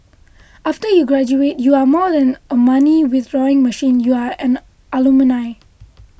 after you graduate you are more than a money withdrawing machine you are an alumni